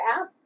app